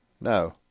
No